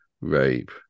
rape